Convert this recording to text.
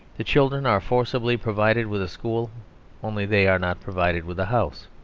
the children are forcibly provided with a school only they are not provided with a house.